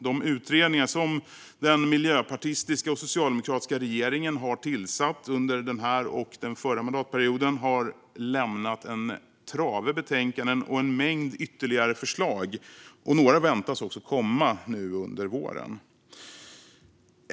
De utredningar som den miljöpartistiska och socialdemokratiska regeringen har tillsatt under den här och den förra mandatperioden har lämnat en trave betänkanden och en mängd ytterligare förslag, och några väntas komma också nu under våren.